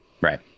right